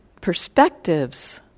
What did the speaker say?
perspectives